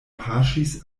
paŝis